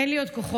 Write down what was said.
אין לי עוד כוחות.